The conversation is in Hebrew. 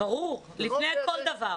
ברור, ‏לפני כל דבר.